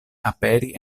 aperi